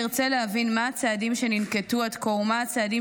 נרצה להבין מה הצעדים שננקטו עד כה ומה הצעדים